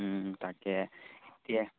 তাকে এতিয়া